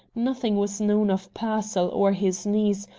nothing was known of pearsall or his niece,